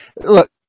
Look